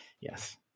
Yes